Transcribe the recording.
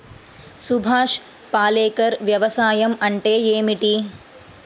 సుభాష్ పాలేకర్ వ్యవసాయం అంటే ఏమిటీ?